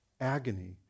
agony